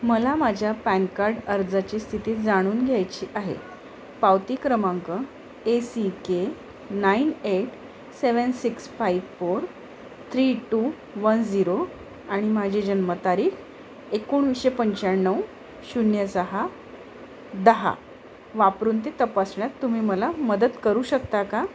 मला माझ्या PAN card अर्जाची स्थिती जाणून घ्यायची आहे पावती क्रमांक A C K nine eight seven six five four three two one zero आणि माझी जन्मतारीख एकोणीसशे पंच्याण्णव शून्य सहा दहा वापरून ते तपासण्यात तुम्ही मला मदत करू शकता का